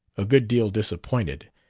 a good deal disappointed,